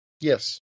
Yes